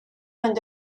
and